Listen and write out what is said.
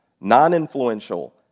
non-influential